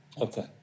Okay